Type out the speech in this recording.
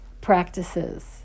practices